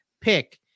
pick